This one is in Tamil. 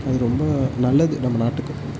அது ரொம்ப நல்லது நம்ம நாட்டுக்கு